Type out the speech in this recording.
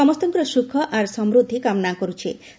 ସମସ୍ତଙ୍କର ସୁଖ ଆର୍ ସମୃଦ୍ଧି କାମନା କରୁଛେଁ